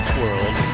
world